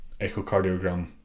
echocardiogram